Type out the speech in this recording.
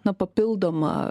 na papildomą